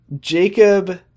Jacob